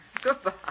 Goodbye